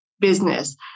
business